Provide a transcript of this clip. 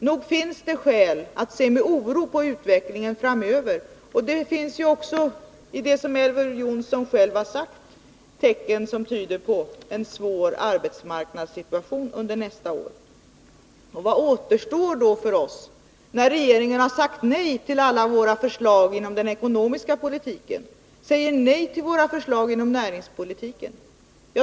Nog finns det skäl att se med oro på utvecklingen framöver, för det finns också i det som Elver Jonsson själv har sagt tecken som tyder på en svår arbetsmarknadssituation under nästa år. Vad återstår då för oss, när regeringen har sagt nej till alla våra förslag inom den ekonomiska politiken, säger nej till våra förslag inom näringspolitiken?